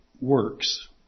Works